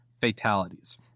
fatalities